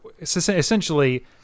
essentially